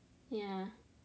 ya